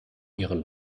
ihren